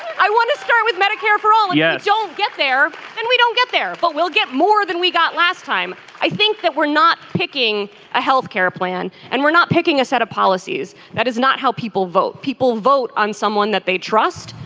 i want to start with medicare for all. yes. yeah don't get there and we don't get there but we'll get more than we got last time i think that we're not picking a health care plan and we're not picking a set of policies that is not how people vote. people vote on someone that they trust.